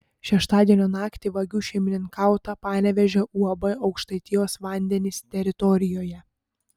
šeštadienio naktį vagių šeimininkauta panevėžio uab aukštaitijos vandenys teritorijoje